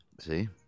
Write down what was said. See